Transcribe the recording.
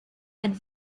and